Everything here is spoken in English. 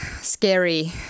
scary